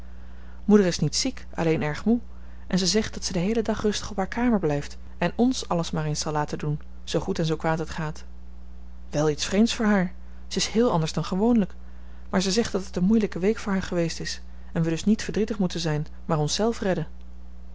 moeder is niet ziek alleen erg moe en ze zegt dat ze den heelen dag rustig op haar kamer blijft en ons alles maar eens zal laten doen zoo goed en zoo kwaad het gaat wel iets vreemds voor haar ze is heel anders dan gewoonlijk maar ze zegt dat het een moeilijke week voor haar geweest is en we dus niet verdrietig moeten zijn maar ons zelf redden